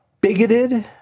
bigoted